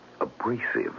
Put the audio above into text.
abrasive